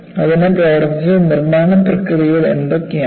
അതിന് പ്രവർത്തിച്ച നിർമ്മാണ പ്രക്രിയകൾ എന്തൊക്കെയാണ്